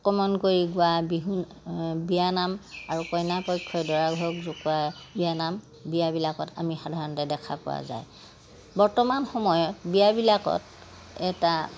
আক্ৰমণ কৰি গোৱা বিহু বিয়ানাম আৰু কইনা পক্ষই দৰা পক্ষক জোকোৱা বিয়ানাম বিয়াবিলাকত আমি সাধাৰণতে দেখা পোৱা যায় বৰ্তমান সময়ত বিয়াবিলাকত এটা